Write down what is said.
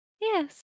Yes